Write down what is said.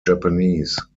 japanese